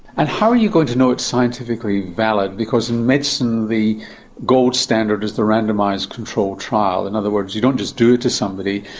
and how are you going to know it's scientifically valid, because in medicine the gold standard is the randomised control trial? in other words, you don't just do it to somebody,